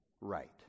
right